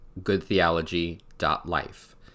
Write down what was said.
goodtheology.life